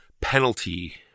penalty